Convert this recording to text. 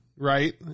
Right